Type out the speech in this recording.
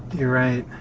you're right.